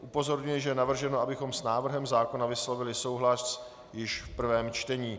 Upozorňuji, že je navrženo, abychom s návrhem zákona vyslovili souhlas již v prvém čtení.